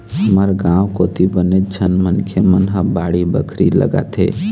हमर गाँव कोती बनेच झन मनखे मन ह बाड़ी बखरी लगाथे